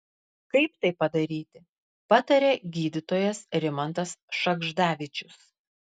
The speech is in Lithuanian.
kaip tai padaryti pataria gydytojas rimantas šagždavičius